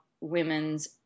women's